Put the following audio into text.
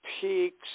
peaks